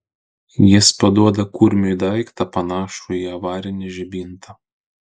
jis paduoda kurmiui daiktą panašų į avarinį žibintą